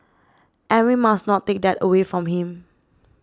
and we must not take that away from him